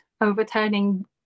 overturning